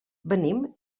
venim